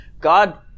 God